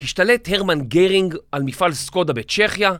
השתלט הרמן גרינג על מפעל סקודה בצ'כיה